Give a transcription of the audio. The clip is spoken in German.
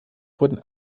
wurden